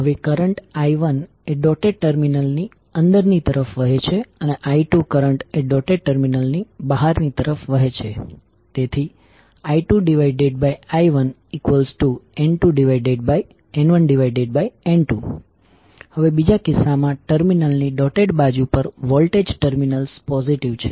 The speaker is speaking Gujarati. તેનો અર્થ એ છે કે આ બંને કોઇલના ચુંબકીય જોડાણને લીધે તમે જે મ્યુચ્યુઅલ ઈન્ડક્ટન્સ અને મ્યુચ્યુઅલ વોલ્ટેજ મેળવશો તે પોઝિટિવ હશે